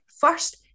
first